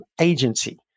agency